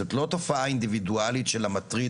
זאת לא תופעה אינדיבידואלית של המטריד